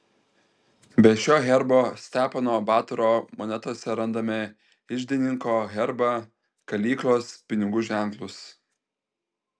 be šio herbo stepono batoro monetose randame iždininko herbą kalyklos pinigų ženklus